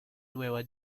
nueva